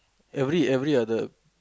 every every other